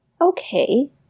okay